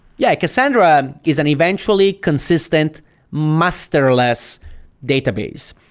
yeah. cassandra is an eventually consistent masterless database,